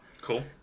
Cool